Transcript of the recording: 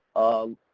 um,